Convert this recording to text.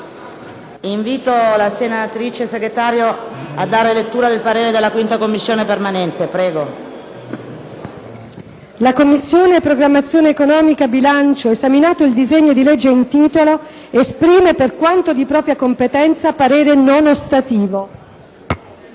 «La Commissione programmazione economica, bilancio, esaminato il disegno di legge in titolo, esprime, per quanto di propria competenza, parere non ostativo